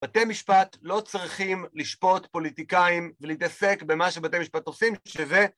בתי משפט לא צריכים לשפוט פוליטיקאים ולהתעסק במה שבתי משפט עושים שזה...